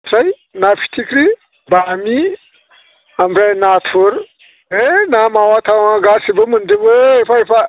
फ्राय ना फिथिख्रि बामि ओमफ्राय नाथुर है ना मावा थावा गासैबो मोनजोबो एफा एफा